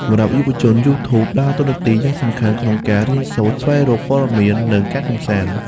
សម្រាប់យុវជន YouTube ដើរតួនាទីយ៉ាងសំខាន់ក្នុងការរៀនសូត្រ ស្វែងរកព័ត៌មាន និងការកម្សាន្ត។